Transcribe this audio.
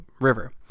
river